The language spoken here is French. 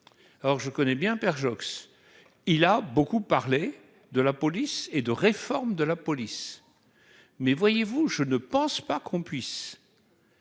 alors je connais bien perd Joxe, il a beaucoup parlé de la police et de réforme de la police, mais voyez-vous, je ne pense pas qu'on puisse.